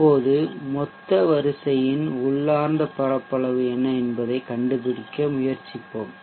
இப்போது மொத்த வரிசையின் உள்ளார்ந்த பரப்பளவு என்ன என்பதைக் கண்டுபிடிக்க முயற்சிப்போம்